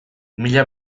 mila